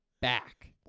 back